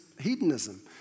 hedonism